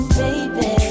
baby